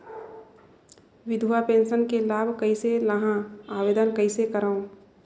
विधवा पेंशन के लाभ कइसे लहां? आवेदन कइसे करव?